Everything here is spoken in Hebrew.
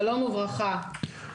שלום וברכה.